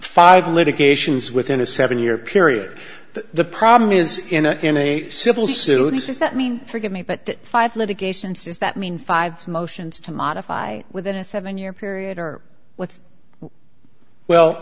five litigations within a seven year period the problem is in a in a civil suit does that mean forgive me but five litigations does that mean five motions to modify within a seven year period or what's well